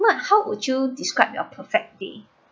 what how would you describe your perfect day